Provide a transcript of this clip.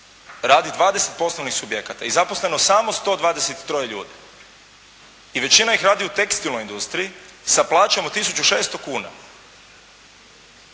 radi 20% poslovnih subjekata i zaposleno samo 123 ljudi i većina ih radi u tekstilnoj industriji sa plaćom od 1.600,00 kuna.